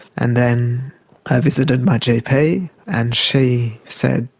and then i visited my gp and she said,